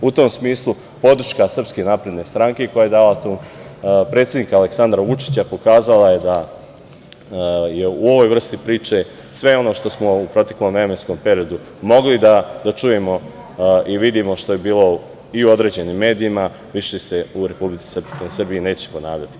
U tom smislu, podrška SNS, predsednika Aleksandra Vučića pokazala je da je u ovoj vrsti priče sve ono što smo u proteklom vremenskom periodu mogli da čujemo i vidimo, što je bilo i u određenim medijima, više se u Republici Srbiji neće ponavljati.